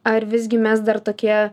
ar visgi mes dar tokie